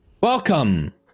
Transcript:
Welcome